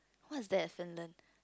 what's there at Finland